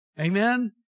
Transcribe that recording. Amen